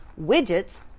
widgets